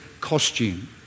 costume